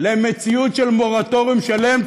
למציאות של מורטוריום שלם.